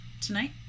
tonight